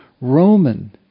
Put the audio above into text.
Roman